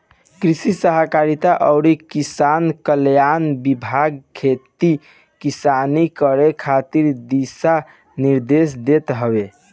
कृषि सहकारिता अउरी किसान कल्याण विभाग खेती किसानी करे खातिर दिशा निर्देश देत हवे